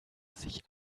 sich